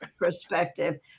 perspective